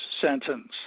sentence